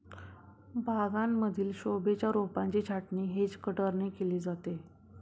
बागांमधील शोभेच्या रोपांची छाटणी हेज कटरने केली जाते